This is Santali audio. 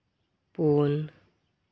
ᱯᱩᱱ